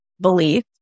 belief